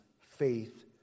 faith